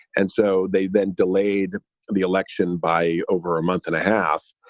and so they've been delayed the election by over a month and a half.